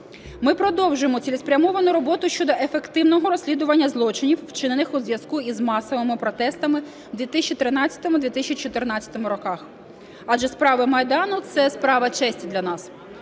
Ми продовжимо цілеспрямовану роботу щодо ефективного розслідування злочинів, вчинених у зв'язку із масовими протестами у 2013-2014 роках, адже справи Майдану – це справа честі для нас.